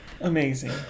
Amazing